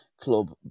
club